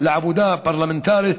לעבודה פרלמנטרית,